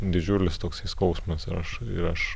didžiulis toksai skausmas ir aš ir aš